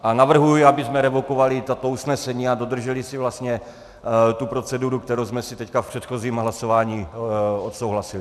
A navrhuji, abychom revokovali i tato usnesení a dodrželi si tu proceduru, kterou jsme si teď v předchozím hlasování odsouhlasili.